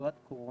בשגרת קורונה.